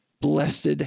blessed